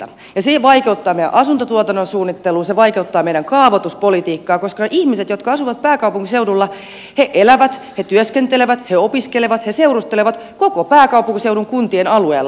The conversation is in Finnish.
se vaikeuttaa meidän asuntotuotannon suunnittelua se vaikeuttaa meidän kaavoituspolitiikkaa koska ihmiset jotka asu vat pääkaupunkiseudulla elävät työskentelevät opiskelevat seurustelevat koko pääkaupunkiseudun kuntien alueella